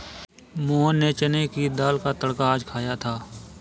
मोहन ने चने की दाल का तड़का आज खाया था